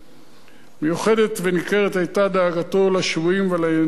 מיוחדת וניכרת היתה דאגתו לשבויים ולנעדרים